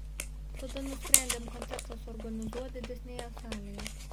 tada nusprendėm koncertą suorganizuot didesnėje salėje